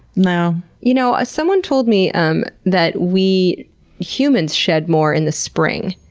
no. you know, someone told me um that we humans shed more in the spring.